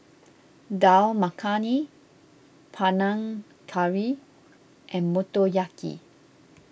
Dal Makhani Panang Curry and Motoyaki